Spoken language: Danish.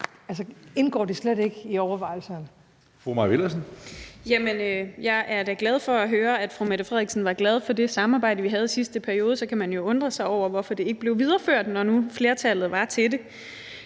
Altså, indgår det slet ikke i overvejelserne?